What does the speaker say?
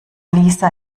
lisa